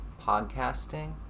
podcasting